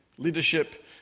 Leadership